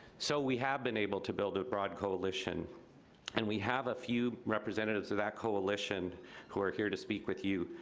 so we have been able to build a broad coalition and we have a few representatives of that coalition who are here to speak with you.